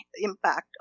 impact